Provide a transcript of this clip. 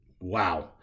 Wow